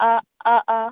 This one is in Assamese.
অঁ অঁ অঁ